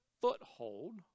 foothold